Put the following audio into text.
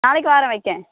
நாளைக்கு வரேன் வைக்கேறேன்